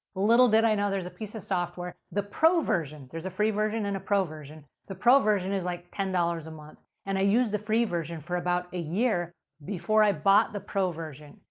little did i know there's a piece of software, the pro version. there's a free version and a pro version. the pro version is like ten dollars a month and i used the free version for about a year before i bought the pro version.